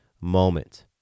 moment